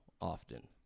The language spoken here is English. often